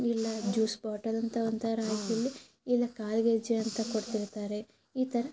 ಇಲ್ಲ juice bottle ಅಂತ ಒಂಥರ ಆಗಿರಲಿ ಇಲ್ಲ ಕಾಲುಗೆಜ್ಜೆ ಅಂತ ಕೊಡ್ತಿರ್ತಾರೆ ಈ ಥರ